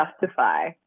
justify